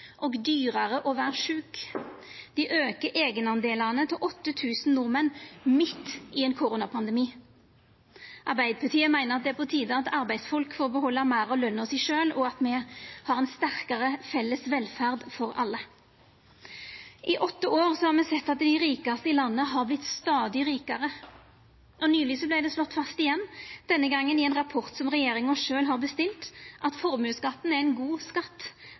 og dyrare å vera sjuk. Dei aukar eigendelane for 8 000 nordmenn midt i ein koronapandemi. Arbeidarpartiet meiner at det er på tide at arbeidsfolk får behalda meir av løna si sjølve, og at me har ei sterkare felles velferd for alle. I åtte år har me sett at dei rikaste i landet har vorte stadig rikare. Nyleg vart det slått fast igjen, denne gongen i ein rapport som regjeringa sjølv har bestilt, at formuesskatten er ein god skatt,